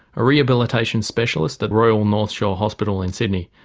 a rehabilitation specialist at royal north shore hospital in sydney,